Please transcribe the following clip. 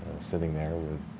sitting there with